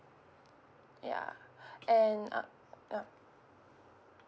ya and uh uh